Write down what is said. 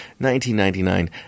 1999